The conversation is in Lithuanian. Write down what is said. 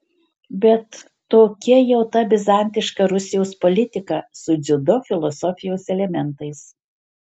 bet tokia jau ta bizantiška rusijos politika su dziudo filosofijos elementais